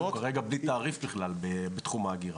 --- אנחנו כרגע בלי תעריף בכלל בתחום האגירה.